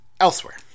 elsewhere